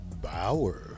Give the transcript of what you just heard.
Bauer